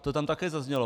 To tam také zaznělo.